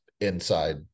inside